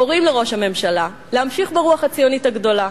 קוראים לראש הממשלה להמשיך ברוח הציונית הגדולה,